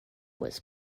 was